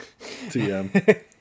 Tm